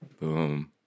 Boom